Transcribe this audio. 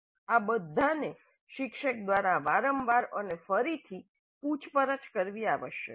આ બધાને શિક્ષક દ્વારા વારંવાર અને ફરીથી પૂછપરછ કરવી આવશ્યક છે